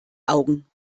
augen